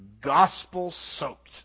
gospel-soaked